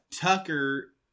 Tucker